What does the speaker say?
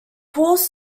pulls